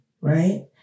right